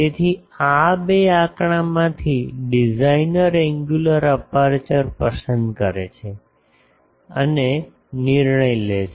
તેથી આ બે આંકડામાંથી ડિઝાઇનર એન્ગ્યુલર અપેર્ચર પસંદ કરે છે અને નિર્ણય લે છે